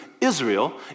Israel